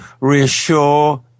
reassure